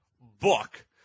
book